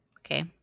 Okay